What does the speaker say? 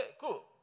cool